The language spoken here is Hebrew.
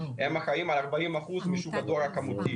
הם אחראים על 40 אחוזים משוק הדואר הכמותי.